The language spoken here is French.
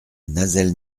nazelles